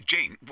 Jane